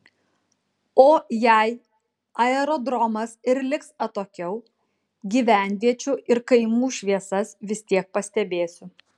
o jei aerodromas ir liks atokiau gyvenviečių ir kaimų šviesas vis tiek pastebėsiu